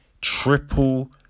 Triple